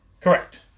Correct